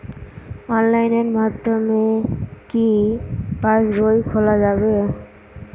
অনলাইনের মাধ্যমে কি পাসবই খোলা যাবে?